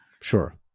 Sure